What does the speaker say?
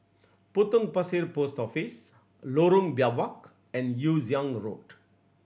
Potong Pasir Post Office Lorong Biawak and Yew Siang Road